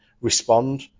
respond